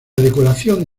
decoración